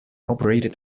operated